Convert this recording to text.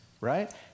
right